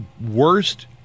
worst